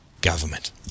government